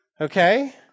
Okay